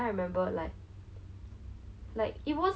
like we went to the playground to play